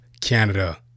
Canada